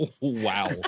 wow